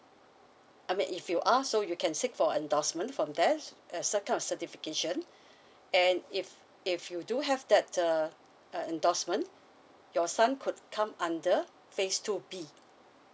I mean if you are so you can seek for endorsement from there's some sort of certification and if if you do have that uh endorsement your son could come under phase two B